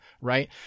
right